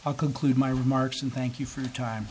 i'll conclude my remarks and thank you for your time